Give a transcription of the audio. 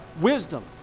wisdom